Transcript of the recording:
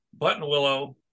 Buttonwillow